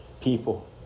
people